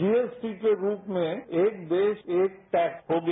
GST के रूप में एक देश एक टैक्स हो गया